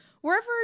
wherever